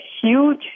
huge